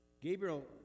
Gabriel